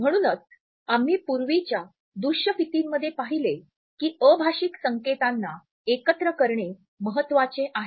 म्हणूनच आम्ही पूर्वीच्या दृश्यफितीमध्ये पाहिले की अभाषिक संकेतांना एकत्र करणे महत्वाचे आहे